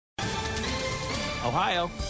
Ohio